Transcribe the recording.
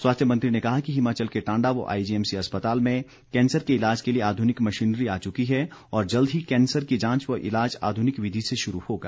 स्वास्थ्य मंत्री ने कहा कि हिमाचल के टांडा व आईजीएमसी अस्पताल में कैंसर के ईलाज के लिए आधुनिक मशीनरी आ चुकी है और जल्द ही कैंसर की जांच व ईलाज आधुनिक विधि से शुरू होगा